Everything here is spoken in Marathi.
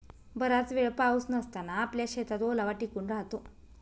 बराच वेळ पाऊस नसताना आपल्या शेतात ओलावा टिकून राहतो